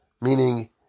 Meaning